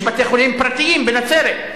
יש בתי-חולים פרטיים בנצרת,